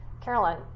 Carolyn